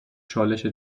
چالش